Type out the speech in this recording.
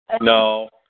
No